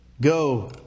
go